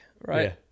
right